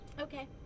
Okay